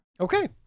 Okay